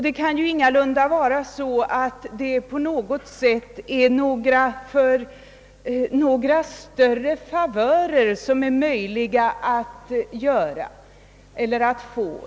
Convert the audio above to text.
Det kan ingalunda bli tal om några större favörer för vare sig givare eller mottagare.